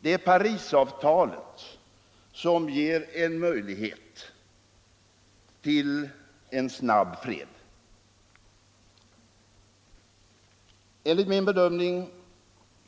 Det är Parisavtalet som ger en möjlighet till fred snabbt. Enligt min bedömning